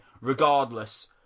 Regardless